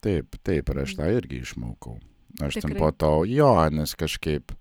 taip taip ir aš tą irgi išmokau aš ten po to jo nes kažkaip